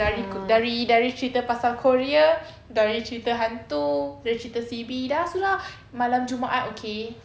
dari dari dari cerita pasal korea dari cerita hantu dari cerita C_B dah sudah malam jumaat okay